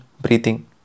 breathing